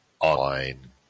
online